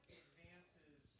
advances